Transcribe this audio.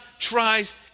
tries